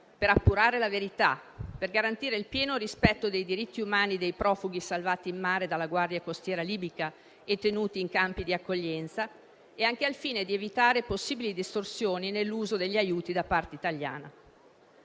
per appurare la verità, per garantire il pieno rispetto dei diritti umani dei profughi salvati in mare dalla Guardia costiera libica e tenuti in campi di accoglienza e anche al fine di evitare possibili distorsioni nell'uso degli aiuti da parte italiana.